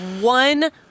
one